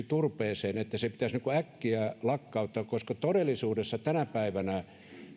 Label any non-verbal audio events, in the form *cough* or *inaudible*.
*unintelligible* turpeeseen liittyvää keskustelua että turpeen käyttö pitäisi äkkiä lakkauttaa koska todellisuudessa tänä päivänä